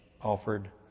offered